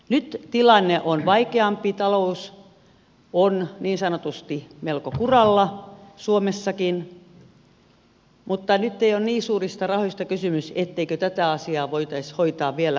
nyt tilanne on vaikeampi talous on niin sanotusti melko kuralla suomessakin mutta nyt ei ole niin suurista rahoista kysymys etteikö tätä asiaa voitaisi hoitaa vielä paremmin